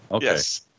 Yes